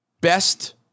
Best